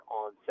on